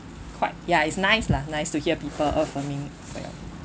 quite ya it's nice lah nice to hear people affirming for your